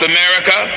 America